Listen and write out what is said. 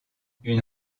une